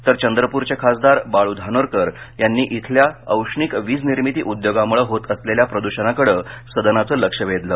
तर चंद्रपूरचे खासदार बाळू धानोरकर यांनी इथल्या औष्णिक वीज निर्मिती उद्योगामुळे होत असलेल्या प्रदूषणाकडे सदनाचं लक्ष वेधलं